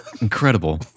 incredible